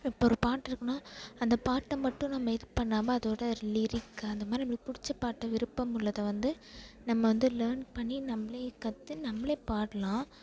இப்போ ஒரு பாட்டு இருக்குன்னா அந்த பாட்ட மட்டும் நம்ப இதுபண்ணாமல் அதோட லிரீக்கு அந்தமாதிரி நம்மளுக்கு பிடிச்ச பாட்டை விருப்பம் உள்ளதை வந்து நம்ம வந்து லேர்ன் பண்ணி நம்மளே கற்று நம்மளே பாடலாம்